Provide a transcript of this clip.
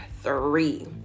three